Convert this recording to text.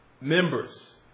Members